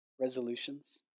resolutions